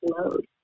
load